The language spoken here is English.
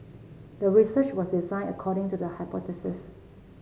the research was designed according to the hypothesis